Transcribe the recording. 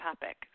topic